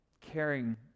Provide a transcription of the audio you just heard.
caring